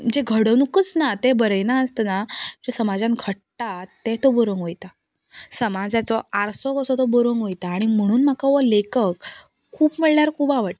जें घडनुकच ना तें बरयनास्तना जें समाजांत घडटा तें तो बरोवंक वयता समाजाचो आर्सो कसो तो बरोवंक वयता आनी म्हणून म्हाका वो लेखक खूब म्हळ्ळ्यार खूब आवडटा